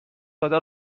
داده